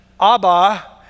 Abba